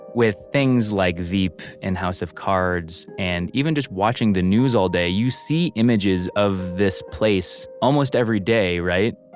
with things like veep and house of cards and even just watching the news all day you see images of this place almost every day, right?